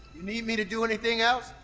need me to do anything else?